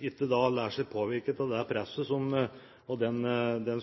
ikke lar seg påvirke av det pressen skriver, for det